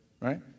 right